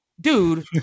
dude